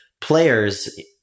players